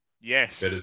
Yes